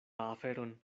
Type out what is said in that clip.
aferon